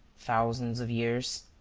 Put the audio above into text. thousands of years?